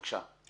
בבקשה.